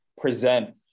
present